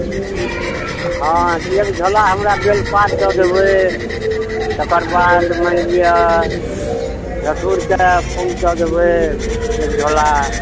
हँ एक झोला हमरा बेलपात दए देबय तकर बाद मानि लिअ धथूरके फूल दए देबय एक झोला